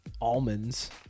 almonds